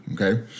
Okay